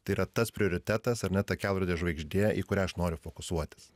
tai yra tas prioritetas ar ne ta kelrodė žvaigždė į kurią aš noriu fokusuotis